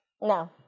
No